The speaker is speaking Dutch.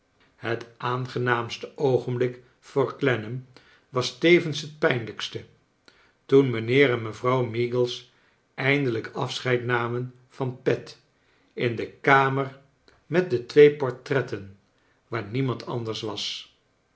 het aangenaamste oogenblik voor clennam was tevens het pijnlijkste toen mijnheer en mevrouw meagles eindelijk afscheid namen van pet in de kamer met de twee portretten waar niemand anders was